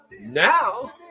now